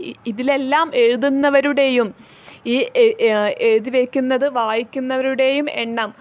ഇതിലെല്ലാം എഴുതുന്നവരുടെയും എഴുതി വായിക്കുന്നവരുടെയും എണ്ണം